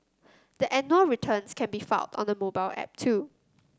the annual returns can be filed on a mobile app too